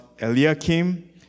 Eliakim